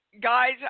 Guys